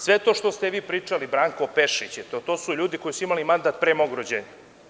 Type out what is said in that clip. Sve to što ste vi pričali, Branko Pešić je to, to su ljudi koji su imali mandat pre mog rođenja.